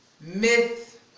Myth